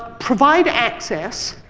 provide access,